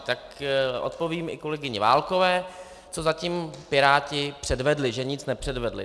Tak odpovím i kolegyni Válkové, co zatím Piráti předvedli, že nic nepředvedli.